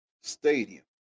stadium